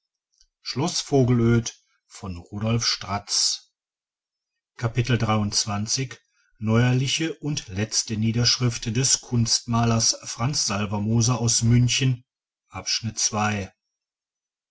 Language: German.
neuerliche und letzte niederschrift des kunstmalers franz salvermoser aus münchen